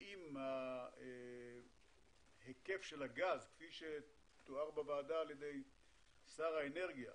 אם היקף הגז כפי שתואר בוועדה על ידי שר האנרגיה